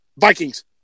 Vikings